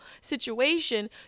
situation